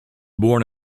born